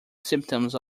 symptoms